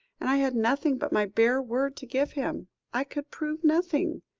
and i had nothing but my bare word to give him i could prove nothing.